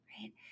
right